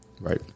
Right